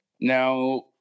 Now